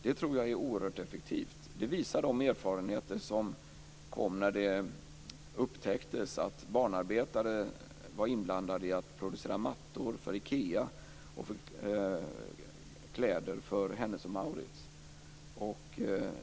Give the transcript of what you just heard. Det tror jag är oerhört effektivt. Det visar de erfarenheter som gjordes när det upptäcktes att barnarbetare var inblandade i att producera mattor för Ikea och kläder för Hennes & Mauritz.